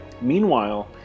Meanwhile